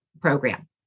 program